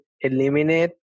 eliminate